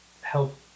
help